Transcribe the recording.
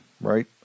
right